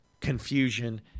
confusion